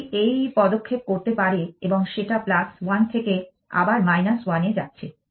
এটি এই পদক্ষেপ করতে পারে এবং সেটা 1 থেকে আবার 1 এ যাচ্ছে